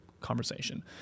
conversation